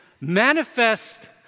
manifest